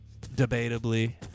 debatably